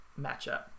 Matchup